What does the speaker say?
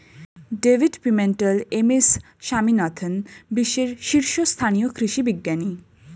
David Pimentel, M S Swaminathan বিশ্বের শীর্ষস্থানীয় কৃষি বিজ্ঞানী